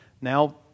Now